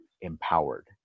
empowered